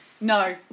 No